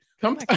Come